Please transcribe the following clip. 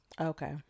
okay